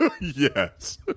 yes